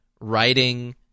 writing